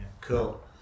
cool